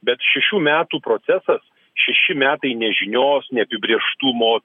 bet šešių metų procesas šeši metai nežinios neapibrėžtumo